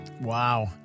Wow